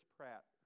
Pratt